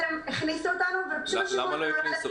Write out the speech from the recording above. הכניסו אותנו --- למה לא הכניסו?